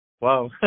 wow